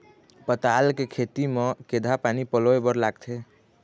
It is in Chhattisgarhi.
पताल के खेती म केघा पानी पलोए बर लागथे?